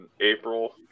April